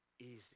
easy